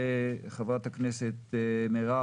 חברת הכנסת בן ארי,